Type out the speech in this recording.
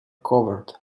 covered